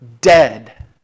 dead